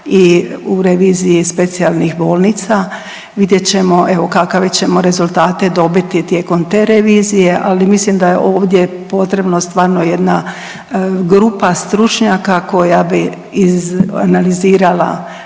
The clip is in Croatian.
i u reviziji specijalnih bolnica, vidjet ćemo kakve ćemo rezultate dobiti tijekom te revizije, ali mislim da je ovdje potrebno stvarno jedna grupa stručnjaka koja bi izanalizirala